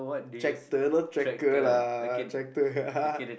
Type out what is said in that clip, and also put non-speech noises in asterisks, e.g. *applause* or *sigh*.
tractor not tracker lah tractor *laughs*